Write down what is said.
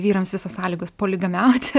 vyrams visos sąlygos poligamiauti